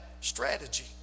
strategy